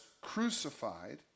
crucified